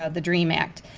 ah the dream act.